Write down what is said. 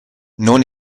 non